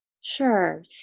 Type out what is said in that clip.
Sure